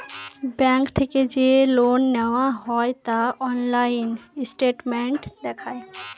bank থেকে যে loan নেওয়া হয় তা অনলাইন স্টেটমেন্ট দেখায়